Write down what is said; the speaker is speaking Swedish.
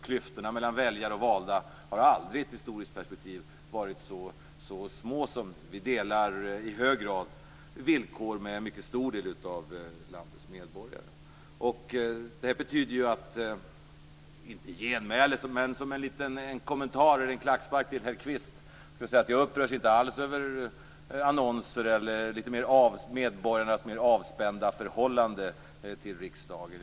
Klyftorna mellan väljare och valda har aldrig i ett historiskt perspektiv varit så små som nu. Vi delar i hög grad villkor med en mycket stor del av landets medborgare. Inte som ett genmäle, men som en liten kommentar eller klackspark till herr Kvist skulle jag vilja säga att jag inte alls upprörs över annonser eller medborgarnas litet mer avspända förhållande till riksdagen.